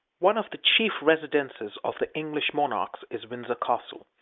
one of the chief residences of the english monarchs is windsor castle.